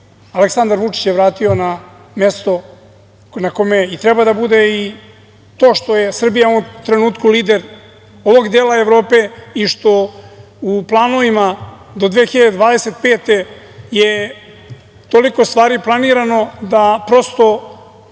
Aleksandar Vučić je vratio na mesto na kome i treba da bude i to što je Srbija u ovom trenutku lider ovog dela Evrope i što u planovima do 2025. godine, je toliko stvari planirano da prosto